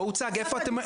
לא הוצג, איפה אתה מונע?